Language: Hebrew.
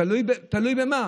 תלוי במה.